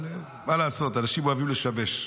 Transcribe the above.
אבל מה לעשות, אנשים אוהבים לשבש.